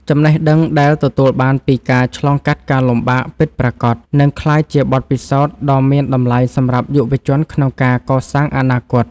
ចំណេះដឹងដែលទទួលបានពីការឆ្លងកាត់ការលំបាកពិតប្រាកដ នឹងក្លាយជាបទពិសោធន៍ដ៏មានតម្លៃសម្រាប់យុវជនក្នុងការកសាងអនាគត។